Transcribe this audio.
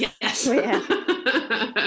yes